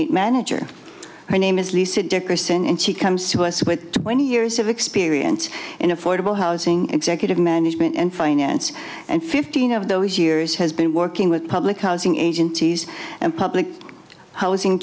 eight manager her name is lisa dickerson and she comes to us with twenty years of experience in affordable housing executive management and finance and fifteen of those years has been working with public housing agencies and public housing